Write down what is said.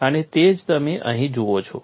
અને તે જ તમે અહીં જુઓ છો